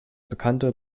bekannte